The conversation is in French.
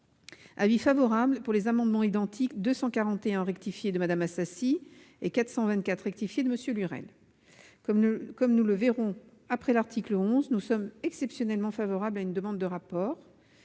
est favorable sur les amendements identiques n 241 rectifié de Mme Assassi et 424 rectifié de M. Lurel. Comme nous le verrons après l'article 11, nous sommes exceptionnellement favorables, monsieur